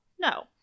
No